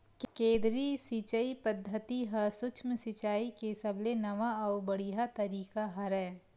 केदरीय सिचई पद्यति ह सुक्ष्म सिचाई के सबले नवा अउ बड़िहा तरीका हरय